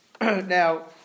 Now